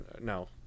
No